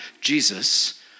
Jesus